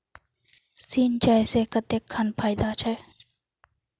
सिंचाई से कते खान फायदा छै?